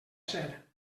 ser